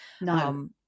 no